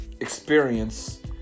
experience